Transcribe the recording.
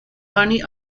only